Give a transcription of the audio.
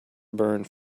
burned